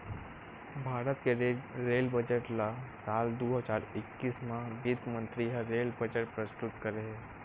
भारत के rail budget ल साल दू हजार एक्कीस म बित्त मंतरी ह रेल बजट प्रस्तुत करे हे